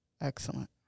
Excellent